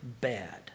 bad